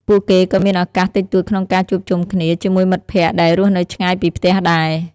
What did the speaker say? ពួកគេក៏មានឪកាសតិចតួចក្នុងការជួបជុំគ្នាជាមួយមិត្តភក្តិដែលរស់នៅឆ្ងាយពីផ្ទះដែរ។